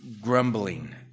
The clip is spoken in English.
grumbling